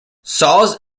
saws